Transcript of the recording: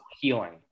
healing